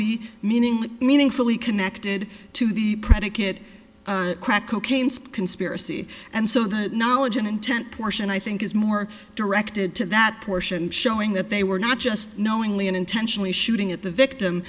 be meaningless meaningfully connected to the predicate crack cocaine speed conspiracy and so that knowledge an intent portion i think is more directed to that portion showing that they were not just knowingly and intentionally shooting at the victim